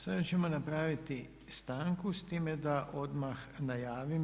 Sada ćemo napraviti stanku s time da odmah najavim.